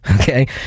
okay